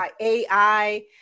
AI